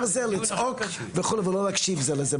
הוא לצעוק בקול ולא להקשיב זה לזה.